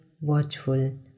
watchful